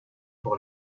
pour